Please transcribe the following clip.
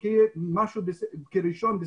הגשנו תוכניות,